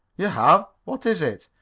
you have what is it?